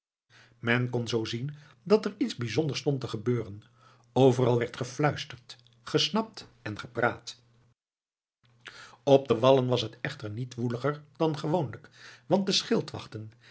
men kon zoo zien dat er iets bijzonders stond te gebeuren overal werd gefluisterd gesnapt en gepraat op de wallen was het echter niet woeliger dan gewoonlijk want de